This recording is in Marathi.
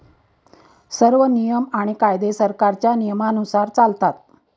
सर्व नियम आणि कायदे सरकारच्या नियमानुसार चालतात